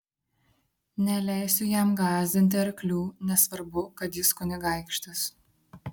neleisiu jam gąsdinti arklių nesvarbu kad jis kunigaikštis